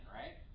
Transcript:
right